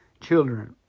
Children